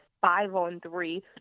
five-on-three